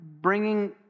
bringing